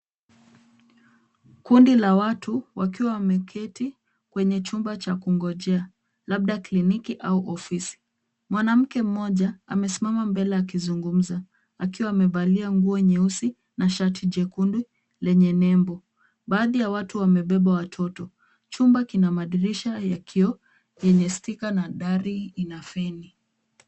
Kundi la watu wakiwa wameketi kwenye chumba cha kungojea labda kliniki au ofisi. Mwanamke mmoja amesimama mbele akizungumza akiwa amevalia nguo nyeusi na shati jekundu lenye nembo. Baadhi ya watu wamebeba watoto. Chumba kina madirisha ya kioo yenye sticker na dari ina feni.